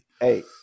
Hey